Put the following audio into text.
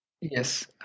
Yes